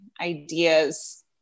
ideas